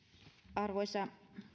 arvoisa